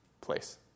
place